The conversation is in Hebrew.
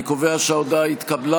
אני קובע שההודעה התקבלה.